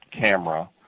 camera